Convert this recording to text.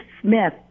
Smith